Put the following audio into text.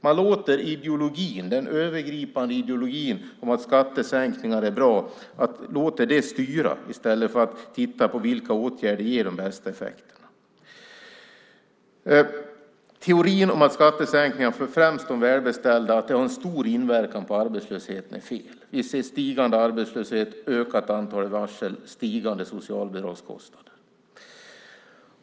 Man låter den övergripande ideologin, att skattesänkningar är bra, styra i stället för att titta på vilka åtgärder som ger de bästa effekterna. Teorin om att skattesänkningar för främst de välbeställda har en stor inverkan på arbetslösheten är fel. Vi ser stigande arbetslöshet, ökat antal varsel och stigande socialbidragskostnader.